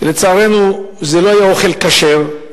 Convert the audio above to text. שלצערנו זה לא היה אוכל כשר,